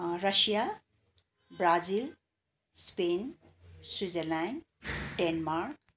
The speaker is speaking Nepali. Russia Brazil Spain Switzerland Denmark